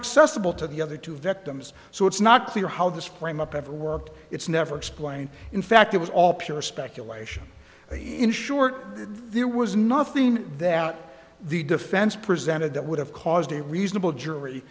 accessible to the other two victims so it's not clear how this frame up ever worked it's never explained in fact it was all pure speculation in short there was nothing that the defense presented that would have caused a reasonable jury